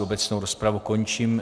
Obecnou rozpravu končím.